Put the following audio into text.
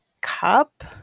cup